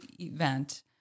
event